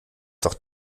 doch